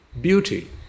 beauty